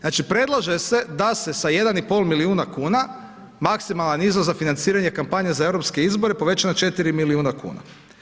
Znači predlaže se da se sa 1,5 miliona kuna maksimalan iznos za financiranje kampanje za europske izbore poveća na 4 miliona kuna.